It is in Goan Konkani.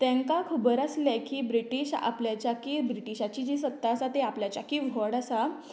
तेंका खबर आसलें की ब्रिटिश आपल्याच्याकी ब्रिटिशाची जी सत्ता आसा ती आपल्याच्याकी व्हड आसा